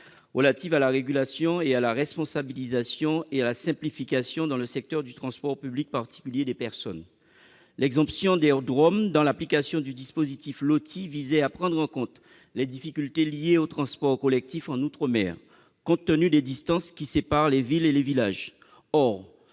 relative à la régulation, à la responsabilisation et à la simplification dans le secteur du transport public particulier des personnes. L'exemption des DROM de l'application du dispositif de la LOTI visait à prendre en compte les difficultés en matière de transport collectif en outre-mer, liées aux distances séparant villes et villages.